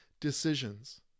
decisions